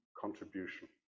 contribution